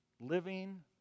living